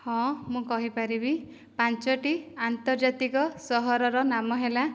ହଁ ମୁଁ କହିପାରିବି ପାଞ୍ଚୋଟି ଆନ୍ତର୍ଜାତିକ ସହରର ନାମ ହେଲା